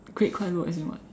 grade quite low as in what